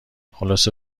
خلاصه